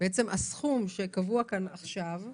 בעצם הסכום שקבוע כאן עכשיו,